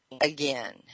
again